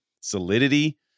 solidity